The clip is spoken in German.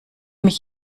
mich